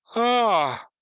ah,